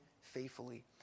faithfully